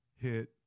hit